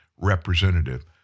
representative